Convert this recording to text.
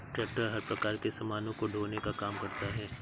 tractor हर प्रकार के सामानों को ढोने का काम करता है